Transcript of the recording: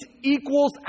equals